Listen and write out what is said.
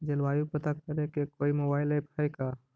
जलवायु पता करे के कोइ मोबाईल ऐप है का?